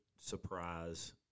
surprise